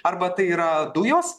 arba tai yra dujos